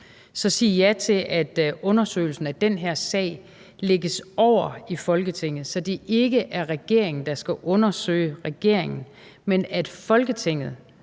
sige ja til, at undersøgelsen af den her sag lægges over i Folketinget, så det ikke er regeringen, der skal undersøge regeringen, men Folketinget,